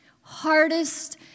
hardest